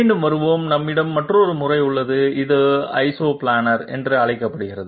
மீண்டும் வருவோம் நம்மிடம் மற்றொரு முறை உள்ளது இது ஐசோபிளானார் என்று அழைக்கப்படுகிறது